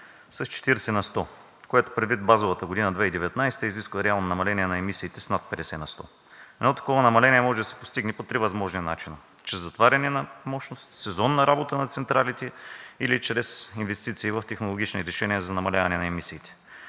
с 40 на сто, което предвид базовата година – 2019 г., изисква реално намаление на емисиите с над 50 на сто. Едно такова намаление може да се постигне по три възможни начина – чрез затваряне на мощности, сезонна работа на централите или чрез инвестиции в технологични решения за намаляване на емисиите.